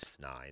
nine